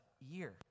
year